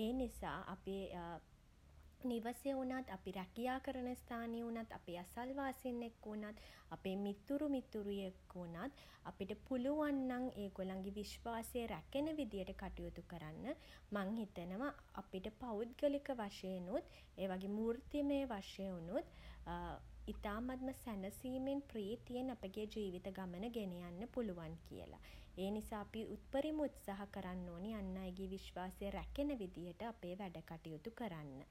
ඒ නිසා අපි නිවසේ වුණත් අපි රැකියා කරන ස්ථානයේ වුණත් අපේ අසල්වාසීන් එක්ක වුණත් අපේ මිතුරු මිතුරියෝ එක්ක වුණත් අපිට පුළුවන් නම් ඒගොල්ලන්ගේ විශ්වාසය රැකෙන විදියට කටයුතු කරන්න මං හිතනවා අපිට පෞද්ගලික වශයෙනුත් ඒ වගේම වෘත්තිමය වශයෙනුත් ඉතාමත්ම සැනසීමෙන් ප්‍රීතියෙන් අපගේ ජීවිත ගමන ගෙනියන්න පුළුවන් කියලා. ඒ නිසා අපි උපරිම උත්සාහ කරන්න ඕනෙ අන් අයගේ විශ්වාසය රැකෙන විදිහට අපේ වැඩ කටයුතු කරන්න.